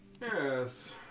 yes